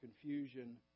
confusion